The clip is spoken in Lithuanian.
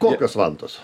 kokios vantos